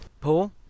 Paul